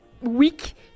week